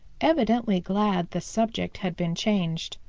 evidently glad the subject had been changed.